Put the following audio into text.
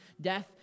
death